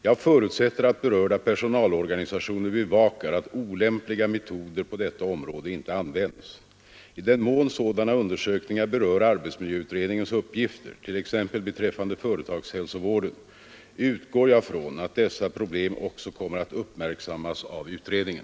Jag förutsätter att berörda personalorganisationer bevakar att olämpliga metoder på detta område inte används. I den mån sådana undersökningar berör arbetsmiljöutredningens uppgifter, t. ex beträffande företagshälsovården, utgår jag från att dessa problem också kommer att uppmärksammas av utredningen.